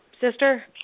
sister